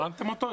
הזמנתם אותו?